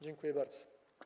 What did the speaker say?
Dziękuję bardzo.